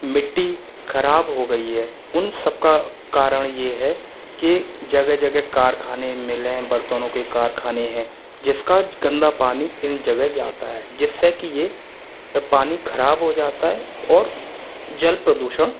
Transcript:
मिट्टी ख़राब हो गई है उन सबका कारण यह है कि जगह जगह कारखाने मीलें बर्तनों के कारखाने हैं जिसका गंदा पानी इन जगह जाता है जिससे की यह पानी ख़राब हो जाता है और जल प्रदूषण